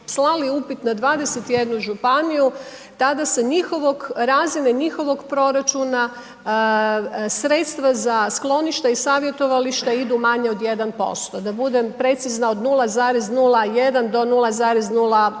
slali upit na 21 županiju tada se njihovog, razine njihovog proračuna sredstva za skloništa i savjetovališta idu manje od 1%, da budem precizna od 0,01 do 0,08%.